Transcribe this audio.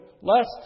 lest